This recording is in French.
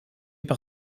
par